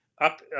up